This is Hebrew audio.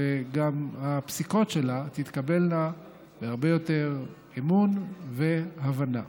וגם הפסיקות שלה תתקבלנה בהרבה יותר אמון והבנה.